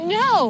no